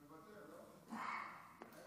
בבקשה, אדוני,